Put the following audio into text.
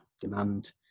demand